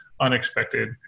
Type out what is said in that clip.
unexpected